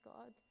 God